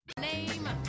Name